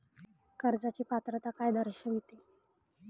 कर्जाची पात्रता काय दर्शविते?